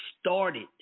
started